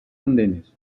andenes